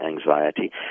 anxiety